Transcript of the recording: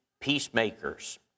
peacemakers